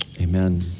Amen